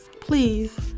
please